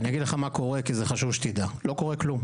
אדליק לך מה קורה כי זה חשוב שתדע, לא קורה כלום.